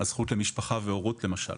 כמו הזכות למשפחה והורות למשל.